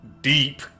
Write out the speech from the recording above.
deep